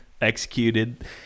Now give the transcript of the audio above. executed